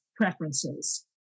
preferences